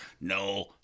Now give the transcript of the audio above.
no